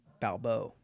Balboa